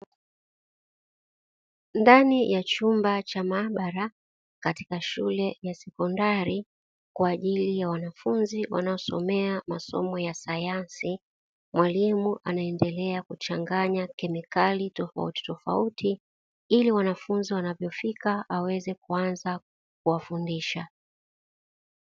Ndani ya chumba cha maabara katika shule ya sekondari kwaajili ya wanafunzi wanaosomea masomo ya sayansi mwalimu anaendelea kuchanganya kemikali tofautitofauti ili wanafunzi wanavyofika aweze kuanza kuwafundisha.